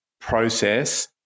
process